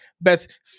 best